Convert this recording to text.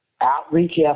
outreach